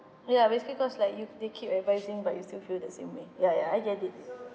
ya basically cause like you they keep advising but you still feel the same way ya ya I get it